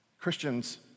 Christians